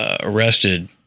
Arrested